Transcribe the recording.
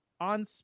on